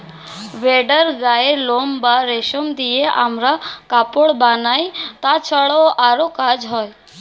ভেড়ার গায়ের লোম বা রেশম দিয়ে আমরা কাপড় বানাই, তাছাড়াও আরো কাজ হয়